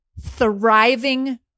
thriving